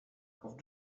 off